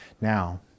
Now